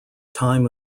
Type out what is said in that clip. time